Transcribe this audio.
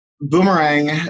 Boomerang